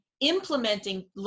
implementing